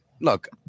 look